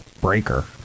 breaker